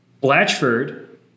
Blatchford